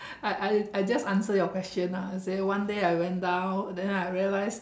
I I I just answer your question lah say one day I went down then I realised